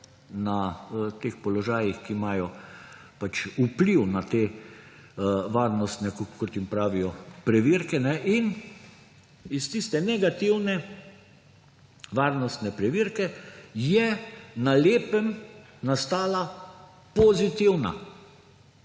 na teh položajih, ki imajo pač vpliv na te varnostne, kot jim pravijo, preverke, in iz tiste negativne varnostne preverke je na lepem nastala pozitivna.